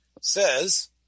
says